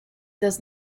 does